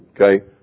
Okay